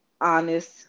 honest